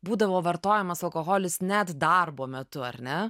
būdavo vartojamas alkoholis net darbo metu ar ne